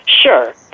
Sure